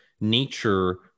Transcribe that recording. nature